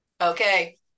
Okay